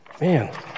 Man